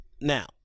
Now